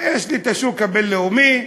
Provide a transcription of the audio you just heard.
יש לי השוק הבין-לאומי,